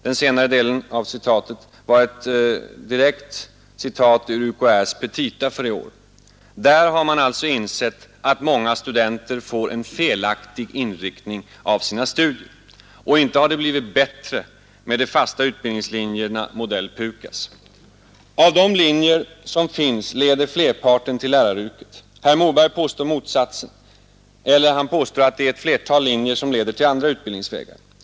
Den senare delen av meningen var ett citat ur UKÄ:s petita för i år. Där har man alltså insett att många studenter får en felaktig inriktning av sina studier. Och inte har det blivit bättre med de fasta utbildningslinjerna modell PUKAS. Av de linjer som finns leder flerparten till läraryrket. Herr Moberg påstår motsatsen eller att det är ett flertal linjer som leder till andra utbildningsmål.